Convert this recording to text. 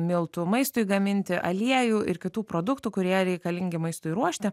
miltų maistui gaminti aliejų ir kitų produktų kurie reikalingi maistui ruošti